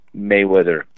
Mayweather